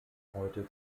heute